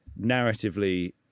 narratively